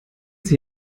sich